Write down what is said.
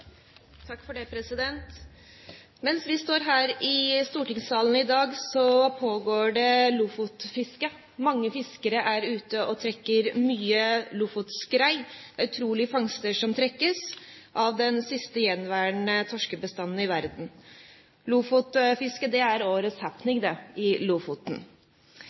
Mens vi står her i stortingssalen i dag, pågår lofotfisket. Mange fiskere er ute og trekker mye lofotskrei. Det er utrolige fangster som trekkes av den siste gjenværende torskebestanden i verden. Lofotfisket er årets happening, det, i Lofoten.